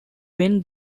when